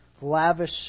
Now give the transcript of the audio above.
lavish